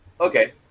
okay